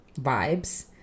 vibes